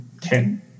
ten